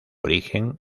origen